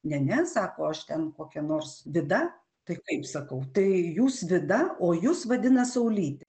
ne ne sako aš ten kokia nors vida tai kaip sakau tai jūs vida o jus vadina saulyte